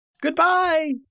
Goodbye